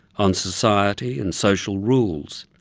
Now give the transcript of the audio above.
on society and social rules.